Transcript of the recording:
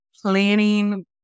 planning